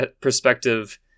perspective